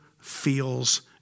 feels